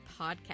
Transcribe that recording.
podcast